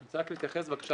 אני רוצה להתייחס בבקשה,